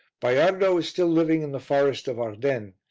baiardo is still living in the forest of ardennes,